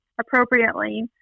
appropriately